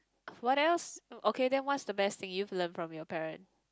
what else okay then what's the best thing you've learn from your parent